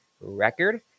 record